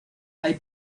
hay